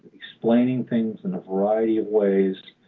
explaining things in a variety of ways,